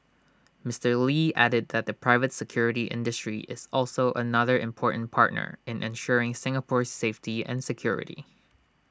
Mister lee added that the private security industry is also another important partner in ensuring Singapore's safety and security